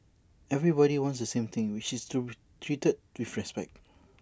everybody wants the same thing which is to treated with respect